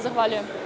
Zahvaljujem.